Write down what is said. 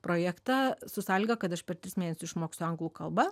projektą su sąlyga kad aš per tris mėnesius išmoksiu anglų kalbą